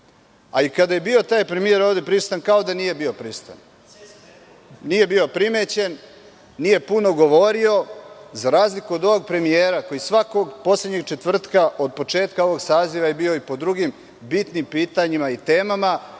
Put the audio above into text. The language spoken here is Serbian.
Kada je bio taj premijer ovde prisutan, kao da nije bio prisutan. Nije bio primećen, nije puno govorio, za razliku od ovog premijera koji svakog poslednjeg četvrtka od početka ovog saziva je bio i po drugim bitnim pitanjima i temama,